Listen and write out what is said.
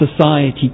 society